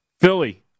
Philly